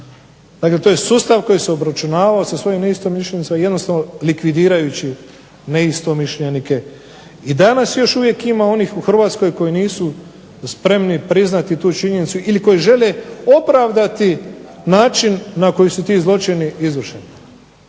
Dakle to je sustav koji se obračunavao sa svojim neistomišljenicima, jednostavno likvidirajući neistomišljenike. I danas još uvijek ima onih u Hrvatskoj koji nisu spremni priznati tu činjenicu ili koji žele opravdati način na koji su ti zločini izvršeni.